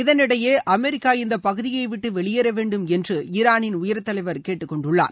இதனிடையே அமெரிக்கா இந்த பகுதியை விட்டு வெளியேற வேண்டும் என்று ஈரானின் உயர் தலைவர் திரு அலி கமேனி கேட்டுக்கொண்டுள்ளார்